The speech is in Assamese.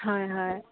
হয় হয়